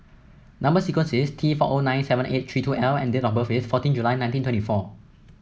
number sequence is T four O nine seven eight three two L and date of birth is fourteen July nineteen twenty four